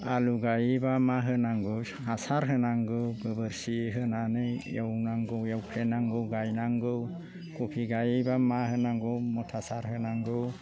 आलु गयोब्ला मा होनांगौ हासार होनांगौ गोबोरखि होनानै एवनांगौ गायनांगौ खबि गायोब्ला मा होनांगौ हासार होनांगौ